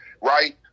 Right